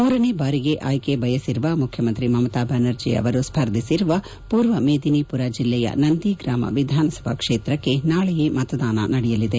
ಮೂರನೇ ಬಾರಿಗೆ ಆಯ್ಲೆ ಬಯಸಿರುವ ಮುಖ್ಯಮಂತ್ರಿ ಮಮತಾ ಬ್ಲಾನರ್ಜಿ ಅವರು ಸ್ಪರ್ಧಿಸಿರುವ ಪೂರ್ವ ಮೇಧಿನಿಪುರ ಜಿಲ್ಲೆಯ ನಂದಿಗ್ರಾಮ ವಿಧಾನಸಭೆ ಕ್ಷೇತ್ರಕ್ಷೆ ನಾಳೆಯೇ ಮತದಾನ ನಡೆಯಲಿದೆ